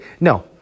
No